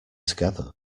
together